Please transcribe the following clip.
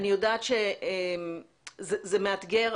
אני יודעת שזה מאתגר,